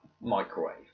microwave